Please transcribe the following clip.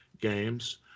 games